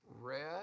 Red